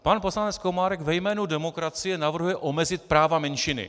Pan poslanec Komárek ve jménu demokracie navrhuje omezit práva menšiny.